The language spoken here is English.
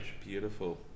Beautiful